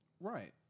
right